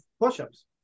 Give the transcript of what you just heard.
push-ups